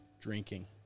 drinking